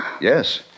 Yes